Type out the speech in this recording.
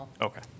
Okay